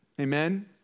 amen